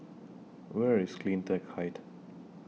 Where IS CleanTech Height